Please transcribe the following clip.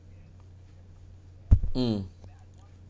mm